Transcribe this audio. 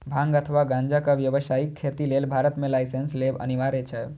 भांग अथवा गांजाक व्यावसायिक खेती लेल भारत मे लाइसेंस लेब अनिवार्य छै